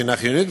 שהנה חיונית,